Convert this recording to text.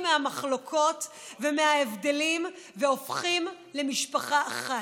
מהמחלוקות וההבדלים והופכים למשפחה אחת.